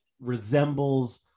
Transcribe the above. resembles